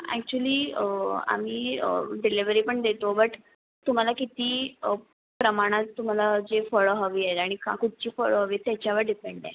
actually आम्ही delivery पण देतो बट तुम्हाला किती प्रमाणात तुम्हाला जे फळं हवी आहेत आणि का कुठची फळं हवी त्याच्यावर डिपेण्ड आहे